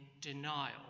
denial